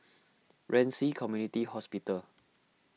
Ren Ci Community Hospital